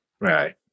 right